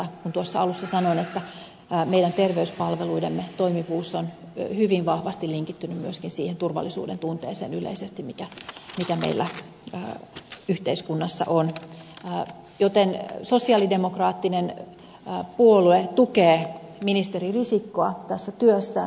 tuossa alussa sanoin että meidän terveyspalveluidemme toimivuus on hyvin vahvasti linkittynyt myöskin siihen turvallisuuden tunteeseen yleisesti mikä meillä yhteiskunnassa on joten sosiaalidemokraattinen puolue tukee ministeri risikkoa tässä työssä